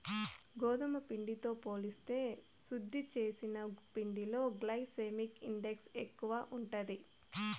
గోధుమ పిండితో పోలిస్తే శుద్ది చేసిన పిండిలో గ్లైసెమిక్ ఇండెక్స్ ఎక్కువ ఉంటాది